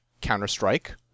Counter-Strike